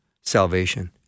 salvation